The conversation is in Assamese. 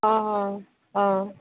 অঁ অঁ অঁ